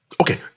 Okay